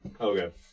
Okay